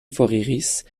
foriris